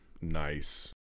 nice